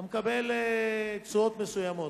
אתה מקבל תשואות מסוימות.